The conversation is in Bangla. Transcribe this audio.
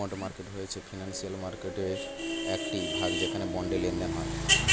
বন্ড মার্কেট হয়েছে ফিনান্সিয়াল মার্কেটয়ের একটি ভাগ যেখানে বন্ডের লেনদেন হয়